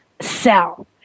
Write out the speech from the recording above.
sell